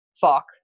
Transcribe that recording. fuck